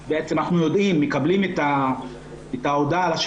הוסטל מפתחות אנחנו רואים לאורך שנים